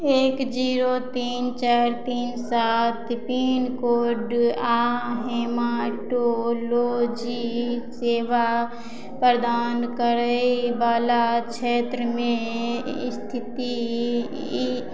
एक जीरो तीन चारि तीन सात पिनकोड आओर हेमाटोलोजी सेवा प्रदान करयवला क्षेत्रमे स्थिति